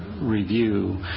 review